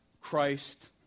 Christ